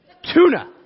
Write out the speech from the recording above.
Tuna